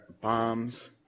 bombs